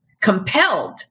compelled